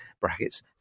brackets